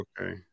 okay